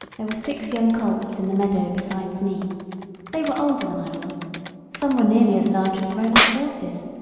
there were six young colts in the meadow besides me they were older than i was some were nearly as large as grown-up horses.